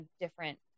different